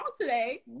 today